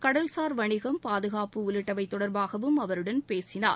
கடல்சார் வணிகம் பாதுகாப்பு உள்ளிட்டவை தொடர்பாகவும் அவருடன் பேசினார்